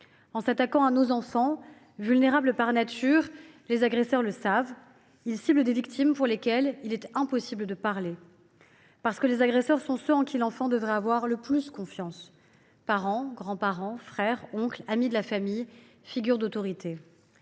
En s’attaquant à nos enfants, vulnérables par nature, les agresseurs le savent : ils ciblent des victimes pour lesquelles il est impossible de parler. Parce que les agresseurs sont ceux en qui l’enfant devrait avoir le plus confiance : parents, grands parents, frères, oncles, amis de la famille, figures d’autorité.